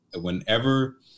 whenever